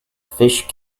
fish